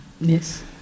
Yes